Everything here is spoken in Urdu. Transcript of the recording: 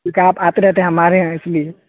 کیونکہ آپ آتے رہتے ہیں ہمارے یہاں اس لیے